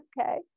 Okay